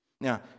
Now